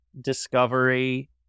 discovery